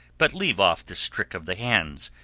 but leave off this trick of the hands,